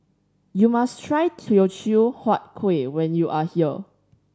you must try Teochew Huat Kuih when you are here